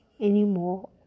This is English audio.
anymore